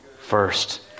first